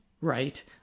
right